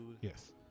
yes